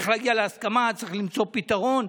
צריך להגיע להסכמה, צריך למצוא פתרון.